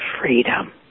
freedom